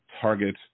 target